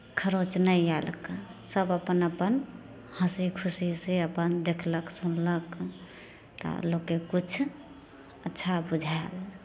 खरोँच नहि आयल सभ अपन अपन हँसी खुशीसँ अपन देखलक सुनलक तऽ लोककेँ किछु अच्छा बुझायल